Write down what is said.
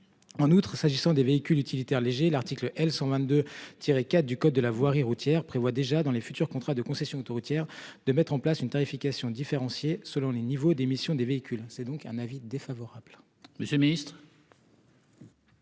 En outre, s'agissant des véhicules utilitaires légers. L'article L 122, Thierry 4 du code de la voirie routière prévoit déjà dans les futurs contrats de concession autoroutière de mettre en place une tarification différenciée selon les niveaux d'émissions des véhicules. C'est donc un avis défavorable. Monsieur le Ministre.--